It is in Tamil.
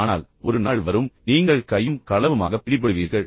ஆனால் ஒரு நாள் வரும் நீங்கள் கையும் களவுமாக பிடிபடுவீர்கள்